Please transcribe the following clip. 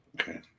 Okay